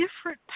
different